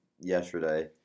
yesterday